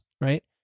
right